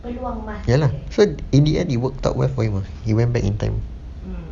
ya lah so in the end it worked out well for you you went back in time